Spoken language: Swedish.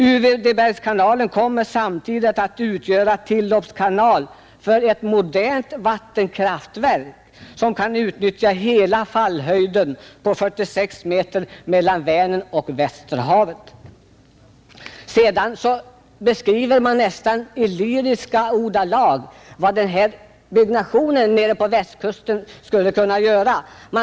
”UV-bergkanalen kommer samtidigt att utgöra tilloppskanal för ett modernt vattenkraftverk, som kan utnyttja hela fallhöjden på 46 meter mellan Vänern och Västerhavet.” Sedan beskriver man i nästan lyriska ordalag vad byggnationen på Västkusten skulle kunna åstadkomma.